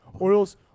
Oil's